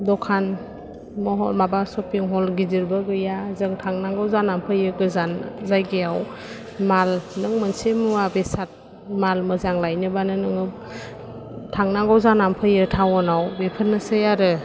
दखान महल माबा शपिं हल गिदिरबो गैया जों थांनांगौ जानानै फैयो गोजान जायगायाव माल नोंं मोनसे मुवा बेसाद माल मोजां लायनोबानो नों थांनांगौ जानानै फैयो टाउनाव बेफोरनोसै आरो